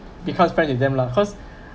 becomes friend with them lah cause